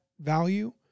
value